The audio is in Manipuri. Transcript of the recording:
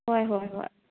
ꯍꯣꯏ ꯍꯣꯏ ꯍꯣꯏ